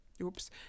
Oops